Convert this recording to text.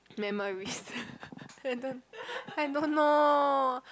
memories I don't I don't know